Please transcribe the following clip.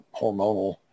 hormonal